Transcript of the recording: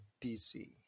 DC